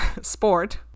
sport